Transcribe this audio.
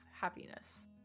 happiness